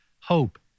hope